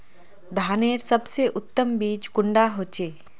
धानेर सबसे उत्तम बीज कुंडा होचए?